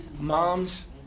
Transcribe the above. Moms